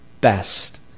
best